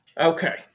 Okay